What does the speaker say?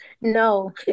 No